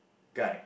guy